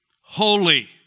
holy